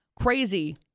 crazy